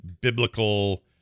biblical